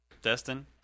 Destin